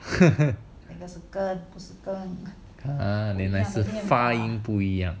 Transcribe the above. ah 原来是发音不一样